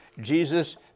Jesus